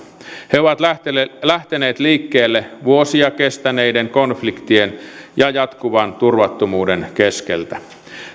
he ovat lähteneet lähteneet liikkeelle vuosia kestäneiden konfliktien ja jatkuvan turvattomuuden keskeltä